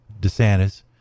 DeSantis